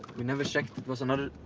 we never checked, it was another.